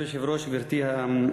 אדוני היושב-ראש, גברתי השרה,